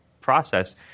process